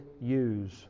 use